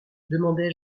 demandai